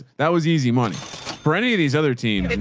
that was easy money for any of these other teams. and